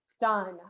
Done